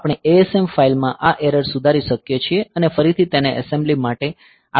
આપણે asm file માં આ એરર સુધારી શકીએ છીએ અને ફરીથી તેને એસેમ્બલી માટે આપી શકીએ છીએ